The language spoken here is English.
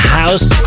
house